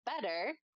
better